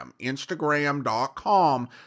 instagram.com